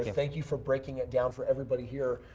thank you for breaking it down for everybody here.